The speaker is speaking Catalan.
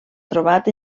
trobat